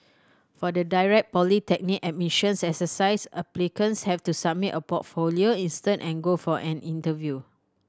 for the direct polytechnic admissions exercise applicants have to submit a portfolio instead and go for an interview